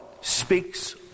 speaks